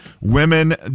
Women